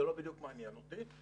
זה לא בדיוק מעניין אותי,